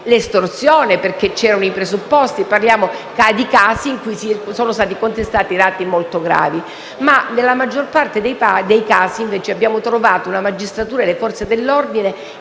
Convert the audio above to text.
estorsioni perché c'erano i presupposti. Parliamo di casi in cui sono stati contestati reati molto gravi. Nella maggior parte dei casi abbiamo però trovato magistratura e Forze dell'ordine